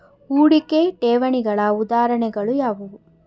ಹೂಡಿಕೆ ಠೇವಣಿಗಳ ಉದಾಹರಣೆಗಳು ಯಾವುವು?